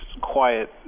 quiet